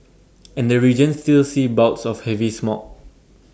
and the region still sees bouts of heavy smog